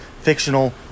fictional